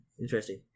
interesting